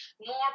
More